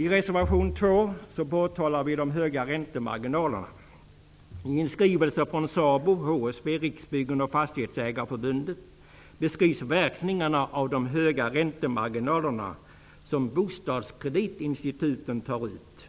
I reservation 2 påtalar vi de höga räntemarginalerna. I en skrivelse från SABO, HSB, Riksbyggen och Fastighetsägareförbundet beskrivs verkningarna av de höga räntemarginaler som bostadskreditinstituten tar ut.